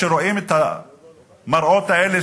רואים את המראות האלה,